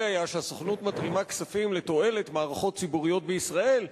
מתרימה כספים לתועלת מערכות ציבוריות בישראל,